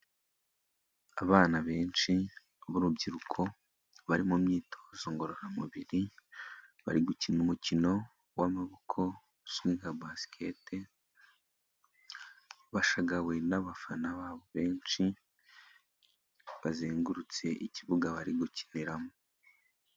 Abana benshi b'urubyiruko bari mu myitozo ngororamubiri, bari gukina umukino w'amaboko uzwi nka Basket, bashagawe n'abafana babo benshi, bazengurutse ikibuga bari gukiniramo.